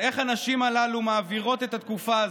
על איך הנשים הללו מעבירות את התקופה הזו.